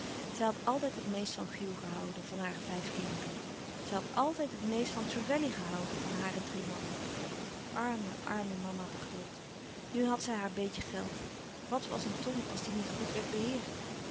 zij had altijd het meest van hugh gehouden van hare vijf kinderen zij had altijd het meest van trevelley gehouden van hare drie mannen arme arme mama dacht lot nu had zij haar beetje geld wàt was een ton als die niet goed werd beheerd